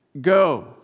go